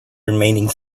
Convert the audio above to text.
remaining